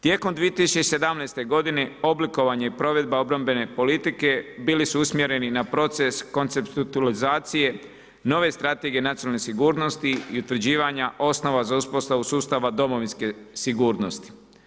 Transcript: Tijekom 2017. godine oblikovanje i provedba obrambene politike bili su usmjereni na proces … nove Strategije nacionalne sigurnosti i utvrđivanje osnova za uspostavu sustava domovinske sigurnosti.